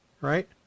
right